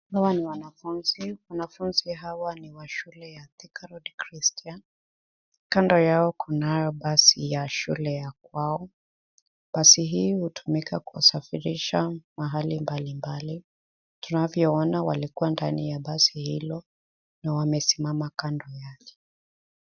Hawa ni wanafunzi. Wanafunzi hawa ni wa shule ya Thika Road Christian. Kando yao kunao basi ya shule ya kwao. Basi hii hutumika kuwasafirisha mahali mbali mbali. Tunavyowaona walikua ndani ya basi hilo, na wamesimama kando yake.